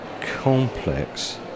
complex